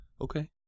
Okay